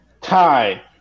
tie